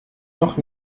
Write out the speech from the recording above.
noch